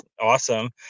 awesome